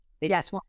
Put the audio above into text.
Yes